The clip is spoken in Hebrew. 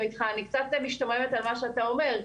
קצת משתוממת על מה שאתה אומר,